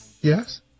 Yes